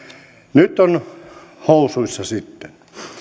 nyt on housuissa sitten